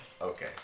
okay